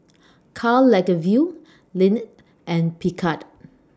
Karl Lagerfeld Lindt and Picard